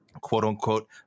quote-unquote